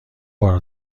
بار